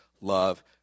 love